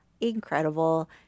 incredible